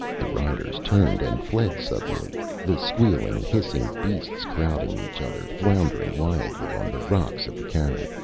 the riders turned and fled suddenly, the squealing, hissing beasts crowding each other, floundering wildly on the rocks of the cairn,